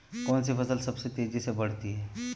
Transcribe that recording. कौनसी फसल सबसे तेज़ी से बढ़ती है?